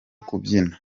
kubyina